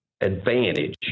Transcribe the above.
advantage